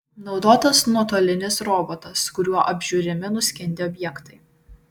naudotas nuotolinis robotas kuriuo apžiūrimi nuskendę objektai